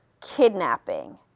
kidnapping